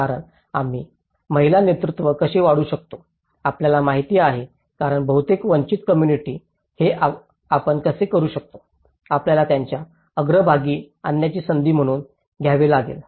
कारण आम्ही महिला नेतृत्व कसे वाढवू शकतो आपल्याला माहिती आहे कारण बहुतेक वंचित कोम्मुनिटी हे आपण कसे करू शकतो आपल्याला त्यांना अग्रभागी आणण्याची संधी म्हणून घ्यावे लागेल